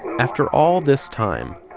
after all this time,